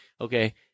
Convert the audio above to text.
okay